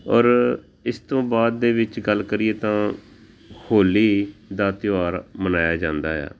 ਔਰ ਇਸ ਤੋਂ ਬਾਅਦ ਦੇ ਵਿੱਚ ਗੱਲ ਕਰੀਏ ਤਾਂ ਹੋਲੀ ਦਾ ਤਿਉਹਾਰ ਮਨਾਇਆ ਜਾਂਦਾ ਆ